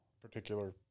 particular